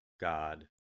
God